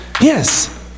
yes